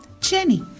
Jenny